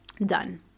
done